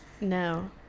No